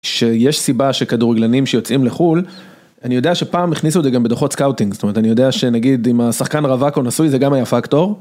שיש סיבה שכדורגלנים שיוצאים לחו״ל, אני יודע שפעם הכניסו את זה גם בדוחות סקאוטינג, זאת אומרת, אני יודע שנגיד אם השחקן רווק או נשוי זה גם היה פקטור.